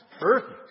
perfect